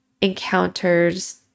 encounters